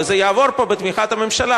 וזה יעבור פה בתמיכת הממשלה.